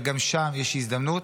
וגם שם יש הזדמנות,